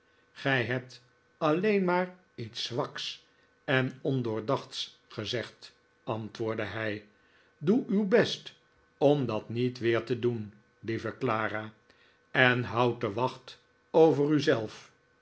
gij hebt alleen maar iets zwaks en ondoordachts gezegd antwoordde hij doe uw best om dat niet weer te doen lieve clara en houdt de wacht over u zelf